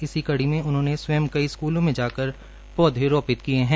इसी कड़ी में उन्होंने स्वयं स्कूलों मे जाकर पौधे रोपित किए है